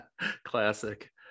classic